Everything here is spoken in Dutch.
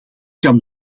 kan